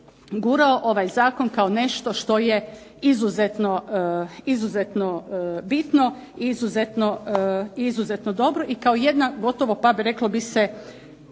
gurao ovaj zakon kao nešto što je izuzetno bitno i izuzetno dobro i kao jedna gotovo pa reklo bi se